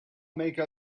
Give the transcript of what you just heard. make